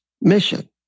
mission